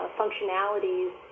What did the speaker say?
functionalities